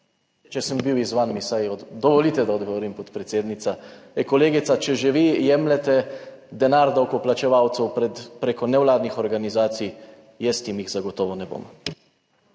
Če sem bil izzvan mi vsaj dovolite, da odgovorim podpredsednica. Kolegica, če že vi jemljete denar davkoplačevalcev pred, preko nevladnih organizacij, jaz jim jih zagotovo ne bom.